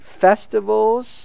festivals